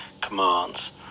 commands